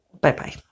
Bye-bye